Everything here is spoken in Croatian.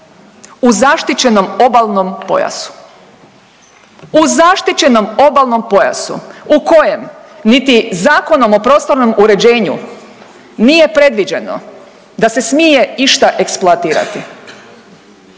u zaštićenom obalnom pojasu. U zaštićenom obalnom pojasu u kojem niti Zakonom o prostornom uređenju nije predviđeno da se smije išta eksploatirati.